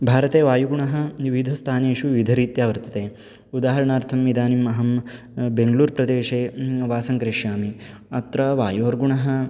भारते वायुगुणः विविधस्थानेषु विविधरीत्या वर्तते उदाहरणार्थम् इदानीम् अहं बेङ्गळूर्प्रदेशे वासं करिष्यामि अत्र वायोर्गुणः